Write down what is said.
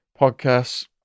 podcasts